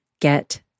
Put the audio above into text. get